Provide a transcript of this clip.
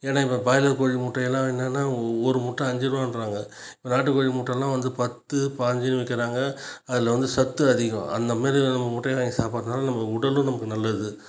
ஏன்னா இப்போ பாய்லர் கோழி முட்டையெல்லாம் என்னன்னா ஒவ்வொரு முட்டை அஞ்சுருபான்றாங்க நாட்டு கோழி முட்டைலாம் வந்து பத்து பாஞ்சுனு விற்குறாங்க அதில் வந்து சத்து அதிகம் அந்தமாரி முட்டையை வாங்கி சாப்பிடுறதால உடலும் நம்மளுக்கு நல்லது